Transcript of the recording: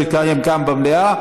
לא יתקיים כאן במליאה,